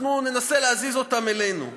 אנחנו ננסה להזיז אותם אלינו.